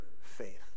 faith